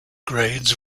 grades